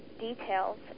details